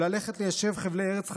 ללכת ליישב חבלי ארץ חדשים,